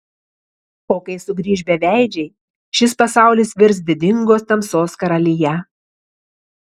o kai sugrįš beveidžiai šis pasaulis virs didingos tamsos karalija